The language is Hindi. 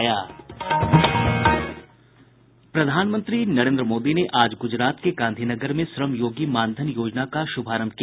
प्रधानमंत्री नरेन्द्र मोदी ने आज गुजरात के गांधी नगर में श्रमयोगी मानधन योजना का शुभारंभ किया